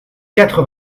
quatre